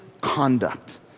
conduct